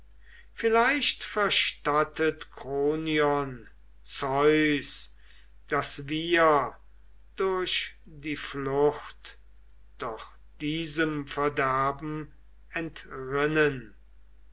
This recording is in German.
vielleicht verstattet kronion zeus daß wir durch die flucht doch diesem verderben entrinnen